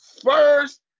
first